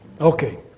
Okay